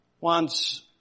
wants